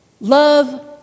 love